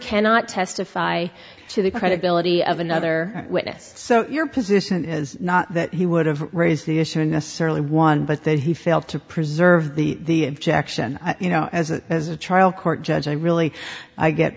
cannot testify to the credibility of another witness so your position is not that he would have raised the issue necessarily one but that he failed to preserve the jackson you know as a as a child court judge i really i get